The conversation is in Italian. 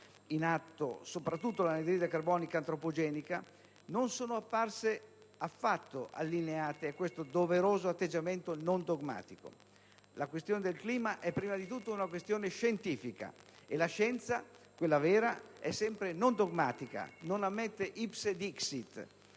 in atto soprattutto all'anidride carbonica antropogenica, non sono apparse affatto allineate a questo doveroso atteggiamento non dogmatico. La questione del clima è prima di tutto una questione scientifica. E la scienza, quella vera, è sempre non dogmatica, non ammette *ipse dixit*,